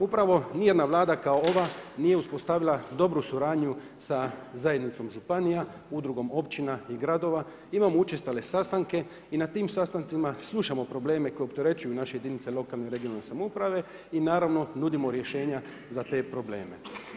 Upravo nijedna Vlada kao ova nije uspostavila dobru suradnju sa zajednicom županija, udrugom općina i gradova, imamo učestale sastanke i na tim sastancima, slušamo probleme koje opterećuju naše jedinice lokalne i regionalne samouprave i naravno nudimo rješenja za te probleme.